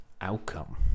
outcome